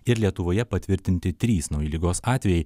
ir lietuvoje patvirtinti trys nauji ligos atvejai